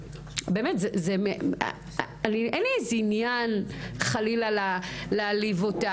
באמת, אין לי עניין חלילה להעליב אותך.